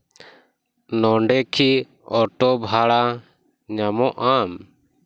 ᱱᱚᱸᱰᱮ ᱠᱤ ᱚᱴᱳ ᱵᱷᱟᱲᱟ ᱧᱟᱢᱚᱜᱼᱟ